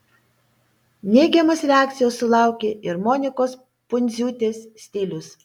neigiamos reakcijos sulaukė ir monikos pundziūtės stilius